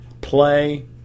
play